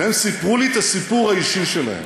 והם סיפרו לי את הסיפור האישי שלהם.